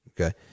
Okay